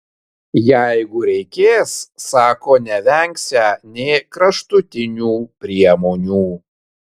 jeigu reikės sako nevengsią nė kraštutinių priemonių